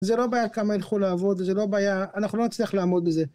זה לא בעיה כמה הלכו לעבוד, זה לא בעיה... אנחנו לא נצליח לעמוד בזה